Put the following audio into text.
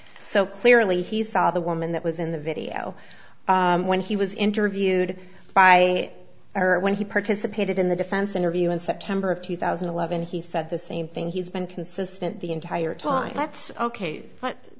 so clearly he saw the woman that was in the video when he was interviewed by her when he participated in the defense interview in september of two thousand and eleven he said the same thing he's been consistent the entire time that's ok but